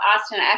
Austin